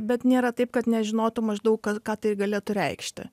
bet nėra taip kad nežinotų maždaug ką ką tai galėtų reikšti